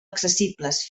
accessibles